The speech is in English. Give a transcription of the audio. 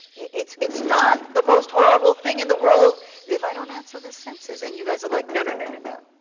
it's it's not the most horrible thing in the world if i don't answer this census. and you guys are like, no, no, and and no,